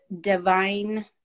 divine